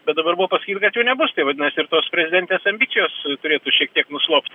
bet dabar buvo pasakyta kad tai nebus tai vadinasi ir tos prezidentės ambicijos turėtų šiek tiek nuslopt